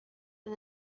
and